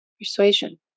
persuasion